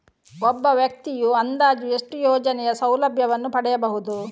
ಒಬ್ಬ ವ್ಯಕ್ತಿಯು ಅಂದಾಜು ಎಷ್ಟು ಯೋಜನೆಯ ಸೌಲಭ್ಯವನ್ನು ಪಡೆಯಬಹುದು?